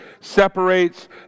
separates